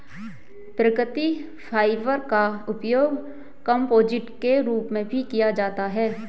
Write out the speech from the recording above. प्राकृतिक फाइबर का उपयोग कंपोजिट के रूप में भी किया जाता है